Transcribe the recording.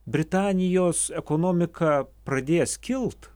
britanijos ekonomika pradės kilt